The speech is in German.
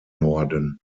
norden